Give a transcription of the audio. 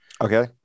Okay